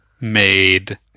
made